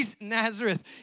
Nazareth